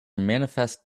manifest